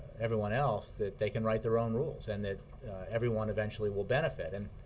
everyone else that they can write their own rules and that everyone eventually will benefit. and